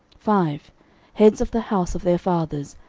five heads of the house of their fathers,